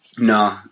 No